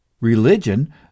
religion